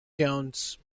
jones